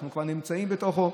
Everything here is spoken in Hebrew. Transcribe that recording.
אנחנו כבר נמצאים בתוכו.